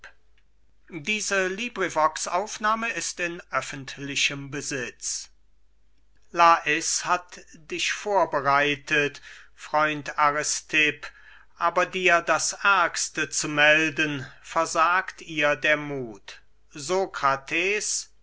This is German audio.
an aristipp lais hat dich vorbereitet freund aristipp aber dir das ärgste zu melden versagt ihr der muth